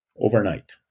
overnight